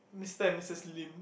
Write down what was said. Mister and Missus Lim